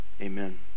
Amen